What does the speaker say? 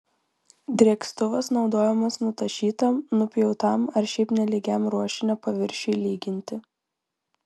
drėkstuvas naudojamas nutašytam nupjautam ar šiaip nelygiam ruošinio paviršiui lyginti